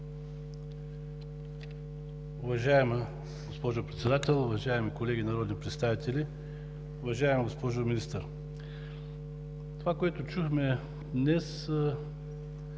Уважаема госпожо Председател, уважаеми колеги народни представители! Уважаема госпожо Министър, това, което чухме днес, е